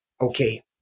okay